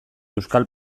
euskal